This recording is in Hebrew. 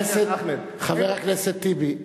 חבר הכנסת טיבי,